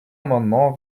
amendement